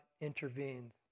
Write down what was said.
intervenes